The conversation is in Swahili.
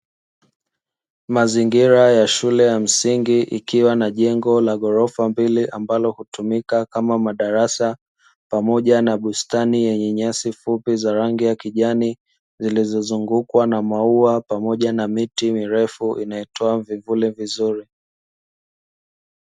Mazingira ya shule ya msingi ikiwa na jengo la ghorofa mbili ambalo hutumika kama madarasa pamoja na bustani yenye nyasi fupi zenye rangi ya kijani zilizozungukwa na maua pamoja na miti mirefu inayotoa vivuli vizuri.